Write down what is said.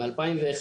מ-2001.